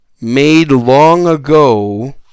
made-long-ago